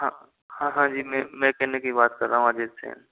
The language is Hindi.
हाँ हाँ जी मैं मैं देने की बात कर रहा हूँ आजीत से